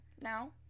now